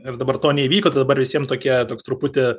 ir dabar to neįvyko tai dabar visiem tokie toks truputį